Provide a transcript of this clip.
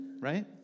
right